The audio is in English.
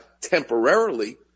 temporarily